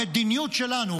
המדיניות שלנו,